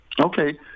Okay